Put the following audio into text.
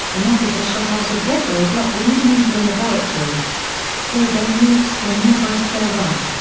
an officer shot out a deadbolt lock leading into a laboratory they then moved to a nearby stairwell.